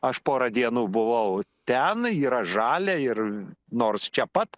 aš porą dienų buvau ten yra žalia ir nors čia pat